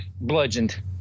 bludgeoned